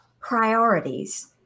priorities